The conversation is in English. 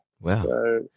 Wow